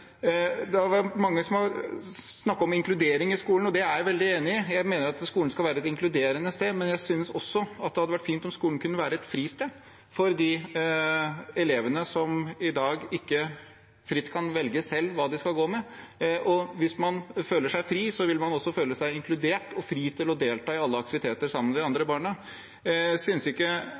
skolen, og det er jeg veldig enig i. Jeg mener at skolen skal være et inkluderende sted. Men jeg synes også det hadde vært fint om skolen kunne være et fristed for de elevene som i dag ikke fritt selv kan velge hva de skal gå med. Hvis man føler seg fri, vil man også føle seg inkludert og fri til å delta i alle aktiviteter sammen med de andre barna. Synes ikke